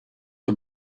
the